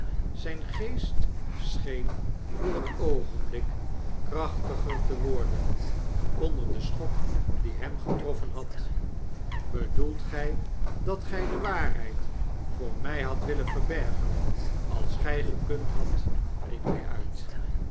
zijn geest scheen voor het oogenblik krachtiger te worden onder den schok die hem getroffen had bedoelt gy dat gy de waarheid voor my hadt willen verbergen als gy gekund hadt riep hy uit